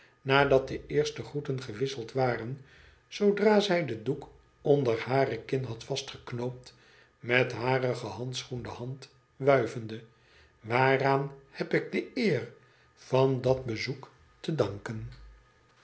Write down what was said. nadat de eerste groeten gewisseld waren zoodra zij den doek onder hare kin had vastgeknoopt met hare gehandschoende hand wuivende waaraan heb ik de eer van dat bezoek te danken